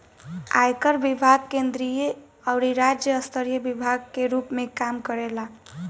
आयकर विभाग केंद्रीय अउरी राज्य स्तरीय विभाग के रूप में काम करेला